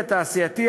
התעשייתי,